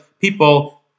people